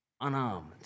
unarmed